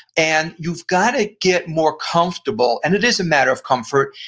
and you've gotta get more comfortable, and it is a matter of comfort,